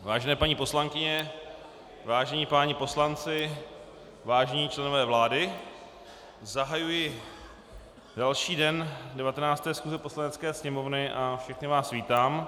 Vážené paní poslankyně, vážení páni poslanci, vážení členové vlády, zahajuji další den 19. schůze Poslanecké sněmovny všechny vás vítám.